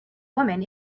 woman